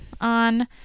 On